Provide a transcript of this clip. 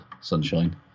Sunshine